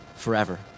Forever